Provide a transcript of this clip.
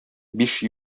биш